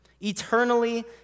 eternally